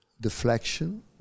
deflection